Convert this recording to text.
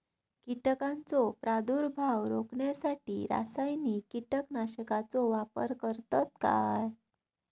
कीटकांचो प्रादुर्भाव रोखण्यासाठी रासायनिक कीटकनाशकाचो वापर करतत काय?